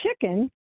chicken